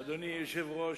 אדוני היושב-ראש,